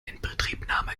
inbetriebnahme